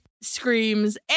screams